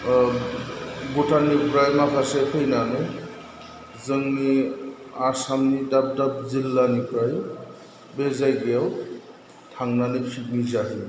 ओह भुटाननिफ्राय माखासे फैनानै जोंनि आसामनि दाब दाब जिल्लानिफ्राय बे जायगायाव थांनानै फिकनिक जाहैयो